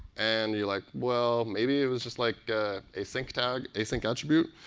and, you're like, well, maybe it was just like a sync tag async attribute.